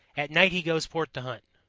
at night he goes forth to hunt.